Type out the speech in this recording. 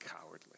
cowardly